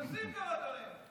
מפרק את כל צה"ל?